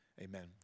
amen